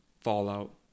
fallout